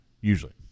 usually